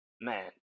man